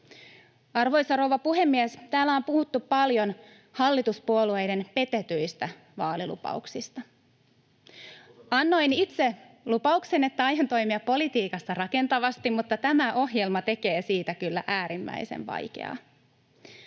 Arvoisa rouva puhemies! Täällä on puhuttu paljon hallituspuolueiden petetyistä vaalilupauksista. [Perussuomalaisten ryhmästä: Vappusatanen!] Annoin itse lupauksen, että aion toimia politiikassa rakentavasti, mutta tämä ohjelma tekee siitä kyllä äärimmäisen vaikeaa.